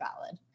valid